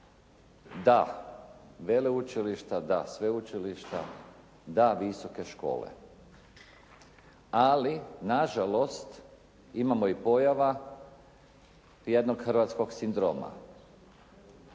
da veleučilišta, da sveučilišta, da visoke škole. Ali, nažalost, imamo i pojava jednog hrvatskog sindroma.